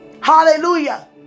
Hallelujah